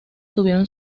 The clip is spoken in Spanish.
tuvieron